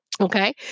Okay